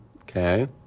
okay